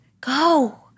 Go